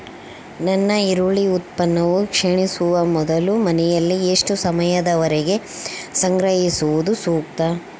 ನನ್ನ ಈರುಳ್ಳಿ ಉತ್ಪನ್ನವು ಕ್ಷೇಣಿಸುವ ಮೊದಲು ಮನೆಯಲ್ಲಿ ಎಷ್ಟು ಸಮಯದವರೆಗೆ ಸಂಗ್ರಹಿಸುವುದು ಸೂಕ್ತ?